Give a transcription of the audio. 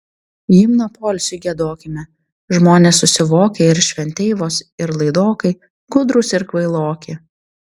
himną poilsiui giedokime žmonės susivokę ir šventeivos ir laidokai gudrūs ir kvailoki